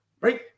right